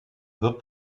wird